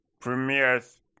premieres